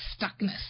stuckness